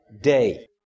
day